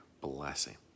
blessing